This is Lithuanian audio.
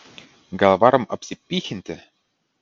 gal varom apsipychinti